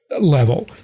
level